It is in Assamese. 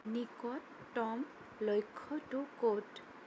নিকটতম লক্ষ্যটো ক'ত